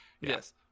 Yes